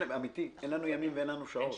אמרתי, אין לנו ימים ואין לנו שעות.